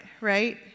right